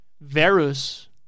Verus